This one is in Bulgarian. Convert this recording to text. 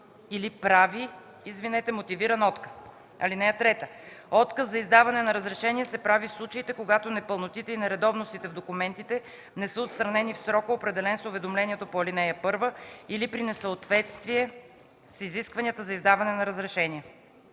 или прави мотивиран отказ. (3) Отказ за издаване на разрешение се прави в случаите, когато непълнотите и нередовностите в документите не са отстранени в срока, определен с уведомлението по ал. 1, или при несъответствие с изискванията за издаване на разрешение.